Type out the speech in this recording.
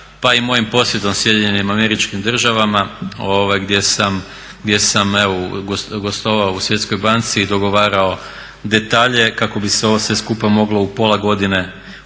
Pa i mojim posjetom Sjedinjenim Američkim državama gdje sam gostovao u Svjetskoj banci i dogovarao detalje kako bi se ovo sve skupa moglo u pola godine realizirati.